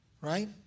right